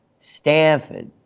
Stanford